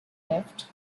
left